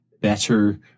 better